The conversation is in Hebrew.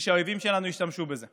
בשביל שהאויבים שלנו ישתמשו בזה.